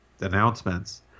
announcements